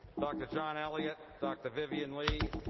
dr. jon elliott, dr. vivian li,